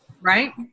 Right